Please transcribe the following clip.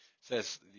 says